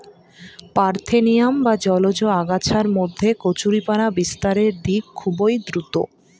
parthenium বা জলজ আগাছার মধ্যে কচুরিপানা বিস্তারের দিক খুবই দ্রূত